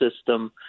system